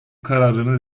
kararını